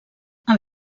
amb